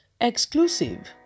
Exclusive